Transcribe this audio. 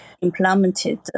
implemented